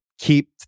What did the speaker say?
Keep